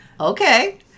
Okay